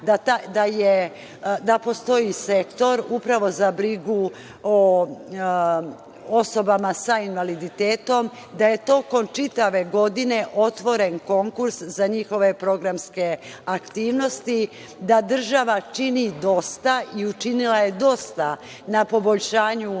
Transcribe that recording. da postoji Sektor upravo za brigu o osobama sa invaliditetom, da je tokom čitave godine otvoren konkurs za njihove programske aktivnosti, da država čini dosta i učinila je dosta na poboljšanju